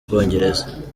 bwongereza